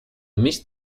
mist